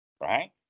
right